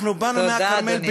אנחנו באנו מהכרמל, תודה, אדוני.